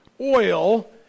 oil